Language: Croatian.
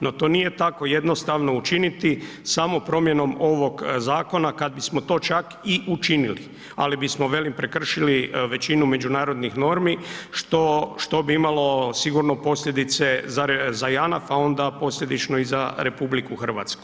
No, to nije tako jednostavno učiniti samo promjenom ovog zakona, kad bismo to čak i učinili, ali bismo, velim, prekršili većinu međunarodnih normi, što bi imalo sigurno posljedice za JANAF, a onda posljedično i za RH.